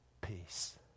peace